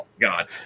god